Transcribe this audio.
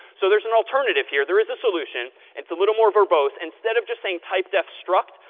so there's an alternative here. there is a solution. it's a little more verbose. instead of just saying typedef struct,